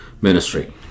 ministry